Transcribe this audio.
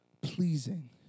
pleasing